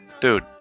dude